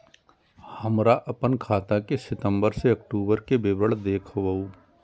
हमरा अपन खाता के सितम्बर से अक्टूबर के विवरण देखबु?